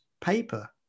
paper